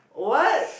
what